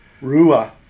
Rua